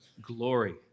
glory